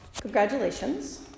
congratulations